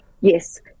Yes